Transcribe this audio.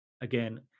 again